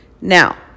Now